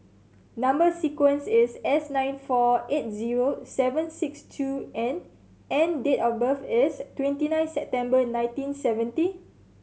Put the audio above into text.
number sequence is S nine four eight zero seven six two N and date of birth is twenty nine September nineteen seventy